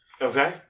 Okay